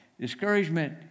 Discouragement